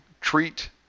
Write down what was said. treat